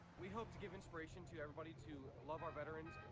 we hope to give inspiration to everybody to love our veterans.